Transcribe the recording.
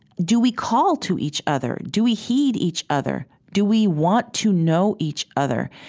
do we call to each other? do we heed each other? do we want to know each other?